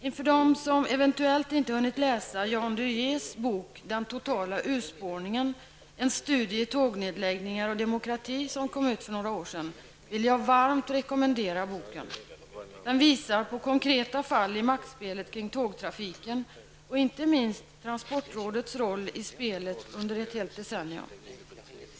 Inför dem som eventuellt inte hunnit läsa Jan Du Rietz bok Den totala urspårningen — en studie i tågnedläggningar och demokrati, som kom ut för några år sedan — vill jag varmt rekommendera boken. Den visar på konkreta fall i maktspelet kring tågtrafiken och inte minst transportrådets roll i spelet under ett helt decennium.